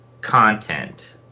content